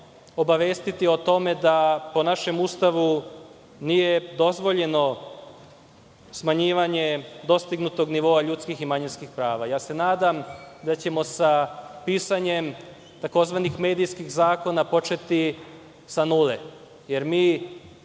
obavestiti o tome da po našem Ustavu nije dozvoljeno smanjivanje dostignutog nivoa ljudskih i manjinskih prava. Nadam se da ćemo sa pisanjem tzv. medijskih zakona početi od nule. Mi